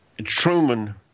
Truman